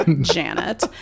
Janet